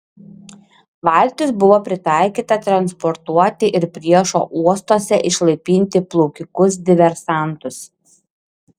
valtis buvo pritaikyta transportuoti ir priešo uostuose išlaipinti plaukikus diversantus